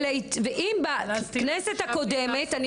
ואם בכנסת הקודמת,